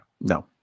No